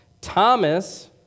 Thomas